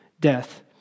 death